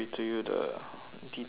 details of it so